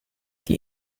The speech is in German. die